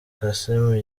kassim